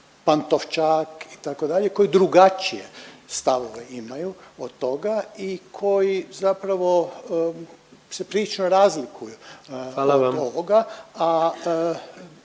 Pantovčak itd. koji drugačije stavove imaju od toga i koji zapravo se prilično razlikuju …/Upadica